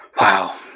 Wow